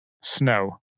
snow